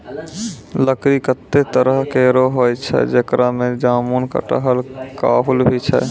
लकड़ी कत्ते तरह केरो होय छै, जेकरा में जामुन, कटहल, काहुल भी छै